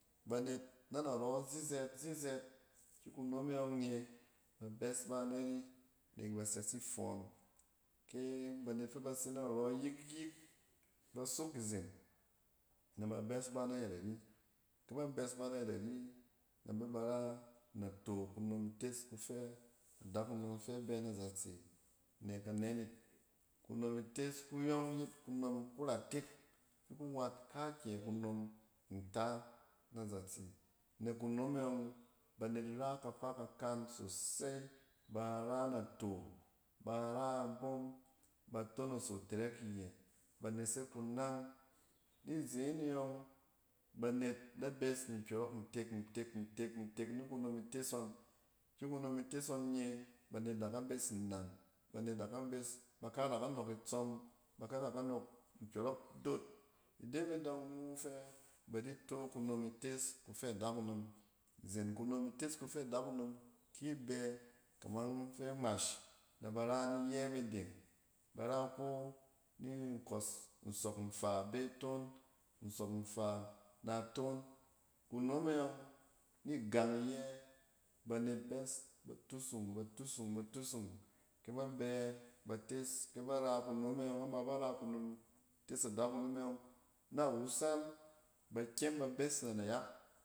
Banet na narɔ zizɛt-zizɛt, ki kunom e yɔng nye ba bɛs ba nari nek ba sɛs ifɔɔn. ke banet fɛ ba se narɔ, yik-yik ba sok izen nɛ ba bɛs ba nayɛt ari. kɛ ba bɛs ba nayɔt ari nɛ ba bɛ ba ra nato kunom ites kufɛ adakunom fɛ abɛ na zatse nek anɛn yit. Kunom ites kuyɔng yet kunom ku ratek fi ku wat kaakyɛ kunom nta na zatse. Nek kunom e yɔng, banet ra kafa kakan sosai. Bara nato, ba ra abom ba tonoso itɛrɛk iyɛ, ba nesek kunang. Nizen e yɔng, banet da bɛs ni nkyɔrɔk ntek-ntel-ntek-ntek ni kunom ites ngɔn ki kurom ites ngɔn nye, banet da ka bes ni nnang, banet da ka bes, ba kak da ka nɔk itsɔm, ba kak da ka nɔk nkyɔrɔk dot. Ide me dɔng wu fɛ ba di to kunom ites kufɛ adakunom izen kunom ites kufɛ adakunom, ki bɛ kamang fɛ ngmash na ba ra ni yɛ ne deng, ba ra ko ni nkɔs nsɔk nfa abe toon, nsɔk nfa na toon. Kunom yng ni yang iyɛ, banet bɛs, ba tusung, ba tusung, ba tusung. Kɛ ba bɛ ba tes, kɛ ba ra kunom e yɔng, ama ba ra kunom ites adakunom e yɔng na wusal ba kyem ba bes na nayak